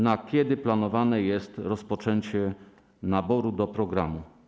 Na kiedy planowane jest rozpoczęcie naboru do programu?